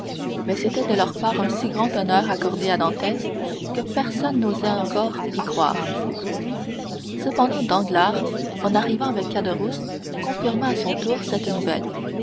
mais c'était de leur part un si grand honneur accordé à dantès que personne n'osait encore y croire cependant danglars en arrivant avec caderousse confirma à son tour cette nouvelle